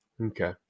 Okay